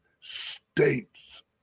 States